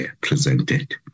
presented